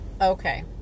Okay